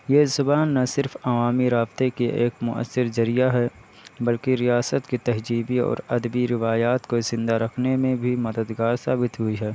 یہ زبان نہ صرف عوامی رابطے کے ایک مؤثر ذریعہ ہے بلکہ ریاست کی تہذیبی اور ادبی روایات کو زندہ رکھنے میں بھی مددگار ثابت ہوئی ہے